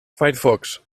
firefox